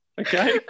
Okay